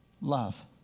love